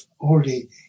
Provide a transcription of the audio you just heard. already